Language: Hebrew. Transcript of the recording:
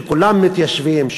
שכולם מתיישבים,